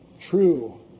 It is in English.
true